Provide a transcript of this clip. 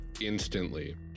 instantly